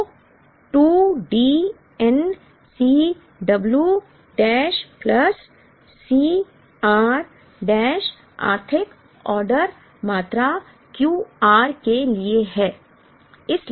तो 2 D n C w dash plus C r dash आर्थिक order मात्रा Q r के लिए है